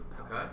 Okay